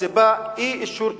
הסיבה: אי-אישור תקציב.